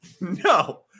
No